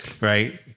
Right